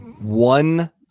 one